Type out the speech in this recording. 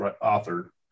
author